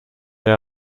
they